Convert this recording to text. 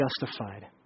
justified